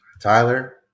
Tyler